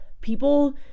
people